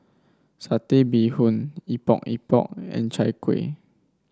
Satay Bee Hoon Epok Epok and Chai Kueh